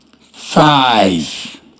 five